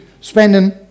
spending